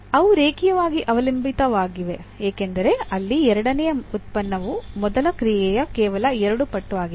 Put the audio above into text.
ಅವು ರೇಖೀಯವಾಗಿ ಅವಲಂಬಿತವಾಗಿವೆ ಏಕೆಂದರೆ ಅಲ್ಲಿ ಎರಡನೆಯ ಉತ್ಪನ್ನವು ಮೊದಲ ಕ್ರಿಯೆಯ ಕೇವಲ 2 ಪಟ್ಟು ಆಗಿದೆ